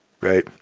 right